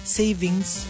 savings